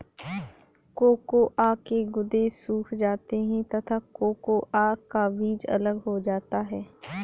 cocoa के गुदे सूख जाते हैं तथा कोकोआ का बीज अलग हो जाता है